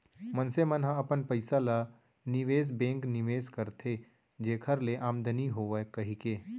मनसे मन ह अपन पइसा ल निवेस बेंक निवेस करथे जेखर ले आमदानी होवय कहिके